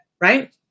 Right